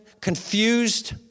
confused